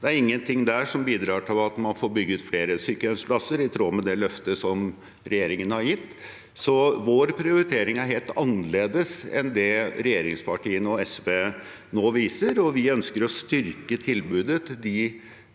ingenting som bidrar til at man får bygget flere sykehjemsplasser i tråd med det løftet som regjeringen har gitt. Vår prioritering er helt annerledes enn det regjeringspartiene og SV nå viser, og vi ønsker å styrke tilbudet til de